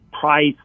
price